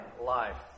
life